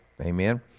amen